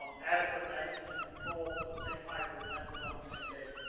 um adequate nitrogen control for the same huayra planted on the same day